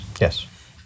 Yes